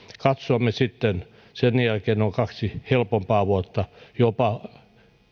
katsomme sitten sen jälkeen on kaksi helpompaa vuotta jopa